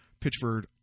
Pitchford